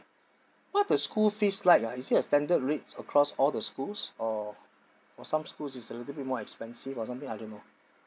what's the school fees like ah is it a standard rates across all the schools or or some schools is a little bit more expensive or something I don't know